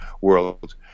world